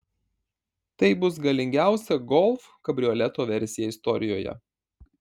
tai bus galingiausia golf kabrioleto versija istorijoje